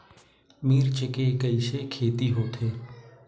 मिर्च के कइसे खेती होथे?